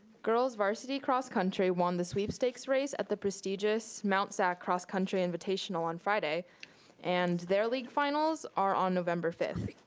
girls varsity cross country won the sweepstakes race at the prestigious mount ah cross country invitational on friday and their league finals are on november fifth.